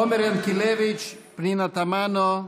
עומר ינקלביץ'; פנינה תמנו,